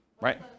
right